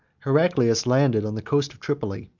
heraclius landed on the coast of tripoli,